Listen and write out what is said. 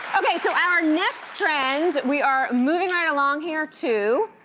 okay so our next trend, we are moving right along here to,